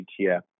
ETF